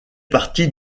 partie